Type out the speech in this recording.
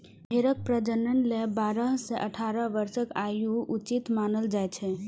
भेड़क प्रजनन लेल बारह सं अठारह वर्षक आयु उचित मानल जाइ छै